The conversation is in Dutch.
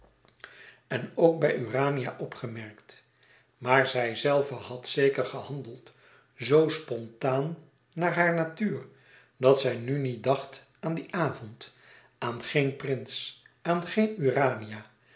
en ook bij urania opgemerkt maar zijzelve had zeker gehandeld zo spontaan naar hare natuur dat zij nu niet dacht aan dien avond aan geen prins aan geen urania